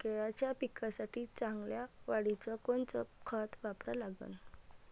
केळाच्या पिकाच्या चांगल्या वाढीसाठी कोनचं खत वापरा लागन?